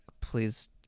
Please